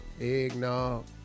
Eggnog